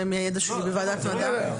זה המידע שלי בוועדת מדע.